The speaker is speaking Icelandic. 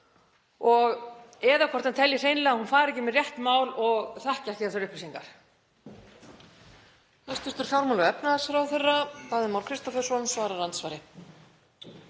eða hvort hann telji hreinlega að hún fari ekki með rétt mál og þekki ekki þessar upplýsingar.